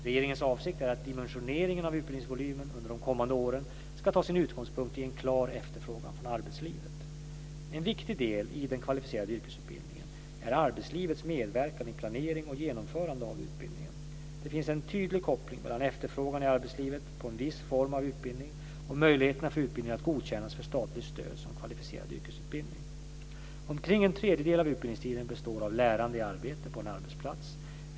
Regeringens avsikt är att dimensioneringen av utbildningsvolymen under de kommande åren ska ta sin utgångspunkt i en klar efterfrågan från arbetslivet. En viktig del i den kvalificerade yrkesutbildningen är arbetslivets medverkan i planering och genomförande av utbildningen. Det finns en tydlig koppling mellan efterfrågan i arbetslivet på en viss form av utbildning och möjligheterna för utbildningen att godkännas för statligt stöd som en kvalificerad yrkesutbildning. Omkring en tredjedel av utbildningstiden består av lärande i arbete på en arbetsplats.